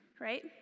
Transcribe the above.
right